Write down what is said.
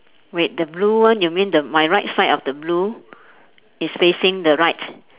wait the blue one you mean the my right side of the blue is facing the right